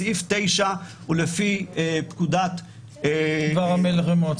סעיף 9 הוא לפי פקודת דבר המלך במועצתו,